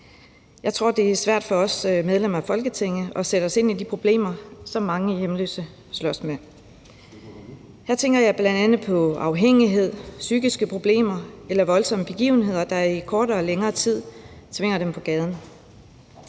Jeg tror, at det er svært for os medlemmer af Folketinget at sætte os ind i de problemer, som mange hjemløse slås med. Her tænker jeg bl.a. på afhængighed, psykiske problemer eller voldsomme begivenheder, der i kortere og længere tid tvinger dem på gaden.